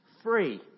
Free